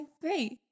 great